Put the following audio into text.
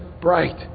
bright